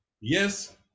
Yes